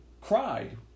cried